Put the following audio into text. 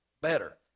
better